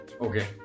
Okay